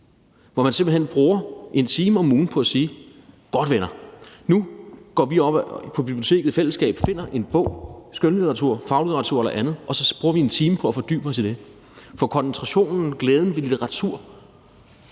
hvor man simpelt hen bruger en time om ugen på at sige: Godt, venner, nu går vi i fællesskab op på biblioteket og finder en bog, det kan være skønlitteratur, faglitteratur eller andet, og så bruger vi en time på at fordybe os i det. For koncentrationen, glæden ved litteratur,